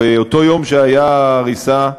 באותו היום שהייתה ההריסה,